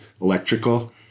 electrical